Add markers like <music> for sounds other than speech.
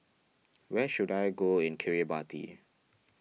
<noise> where should I go in Kiribati